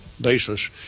basis